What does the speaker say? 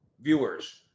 viewers